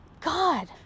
God